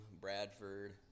Bradford